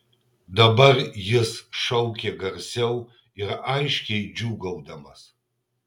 dabar jis šaukė garsiau ir aiškiai džiūgaudamas